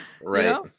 Right